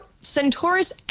Centaurus